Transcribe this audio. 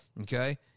okay